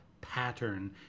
pattern